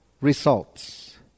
results